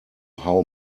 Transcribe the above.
how